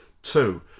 Two